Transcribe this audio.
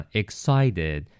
excited